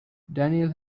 danielle